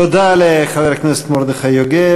תודה לחבר הכנסת מרדכי יוגב.